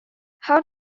how